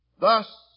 Thus